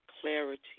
clarity